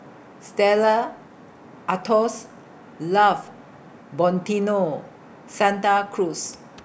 Stella Artois Love Santa Cruz